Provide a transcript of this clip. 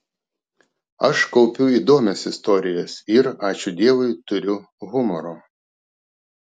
aš kaupiu įdomias istorijas ir ačiū dievui turiu humoro